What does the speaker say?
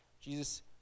Jesus